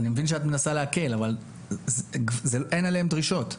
אני מבין שאת מנסה להקל אבל אין עליהם דרישות.